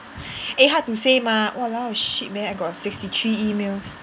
eh hard to say mah !walao! shit man I got sixty three emails